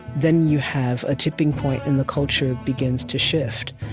then you have a tipping point, and the culture begins to shift.